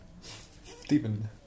Stephen